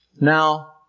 Now